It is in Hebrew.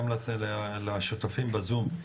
גם לשותפים בזום,